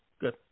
good